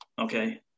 Okay